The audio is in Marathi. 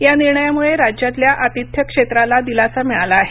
या निर्णयामुळे राज्यातल्या आतिथ्य क्षेत्राला दिलासा मिळाला आहे